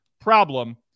problem